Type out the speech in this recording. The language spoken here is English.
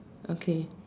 okay